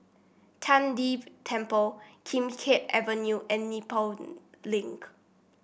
Tian De Temple Kim Keat Avenue and Nepal Link